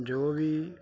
ਜੋ ਵੀ